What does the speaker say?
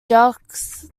jacques